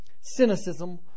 cynicism